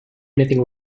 anything